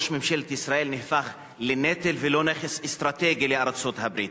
ראש ממשלת ישראל נהפך לנטל והוא לא נכס אסטרטגי לארצות-הברית.